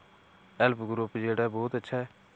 help group जेह्ड़ा ऐ बहुत अच्छा ऐ